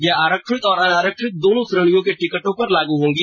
यह आरक्षित और अनारक्षित दोनों श्रेणियों के टिकटों पर लाग होगी